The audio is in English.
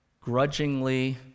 Grudgingly